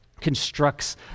constructs